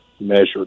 measured